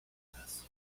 árboles